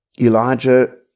Elijah